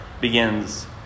begins